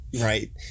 right